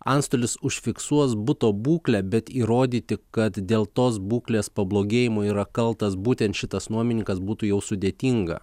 antstolis užfiksuos buto būklę bet įrodyti kad dėl tos būklės pablogėjimo yra kaltas būtent šitas nuomininkas būtų jau sudėtinga